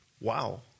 Wow